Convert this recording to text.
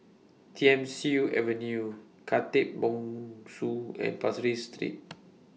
Thiam Siew Avenue Khatib Bongsu and Pasir Ris Street